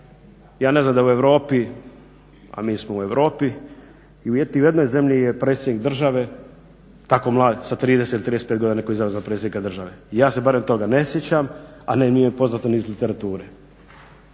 ja ne znam da je u Europi, a mi smo u Europi, u itijednoj zemlji je predsjednik države tako mlad sa 30, 35 godina nekog izabrao za predsjednika države. Ja se barem toga ne sjećam, a nije mi poznato ni iz literature.